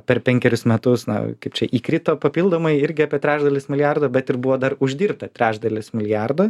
per penkerius metus na kaip čia įkrito papildomai irgi apie trečdalis milijardo bet ir buvo dar uždirbta trečdalis milijardo